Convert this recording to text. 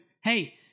Hey